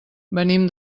venim